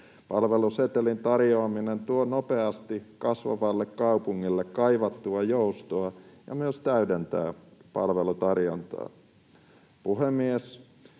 Palvelusetelin tarjoaminen tuo nopeasti kasvavalle kaupungille kaivattua joustoa ja myös täydentää palvelutarjontaa.